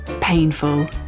painful